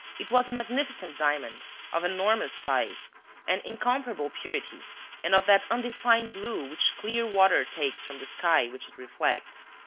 it was a magnificent diamond of enormous size and incomparable purity and of that undefined blue which clear water takes from the sky which it reflects,